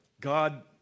God